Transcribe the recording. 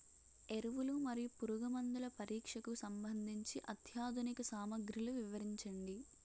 ఎరువులు మరియు పురుగుమందుల పరీక్షకు సంబంధించి అత్యాధునిక సామగ్రిలు వివరించండి?